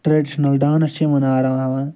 traditional dance چھِ یِمن ہاوان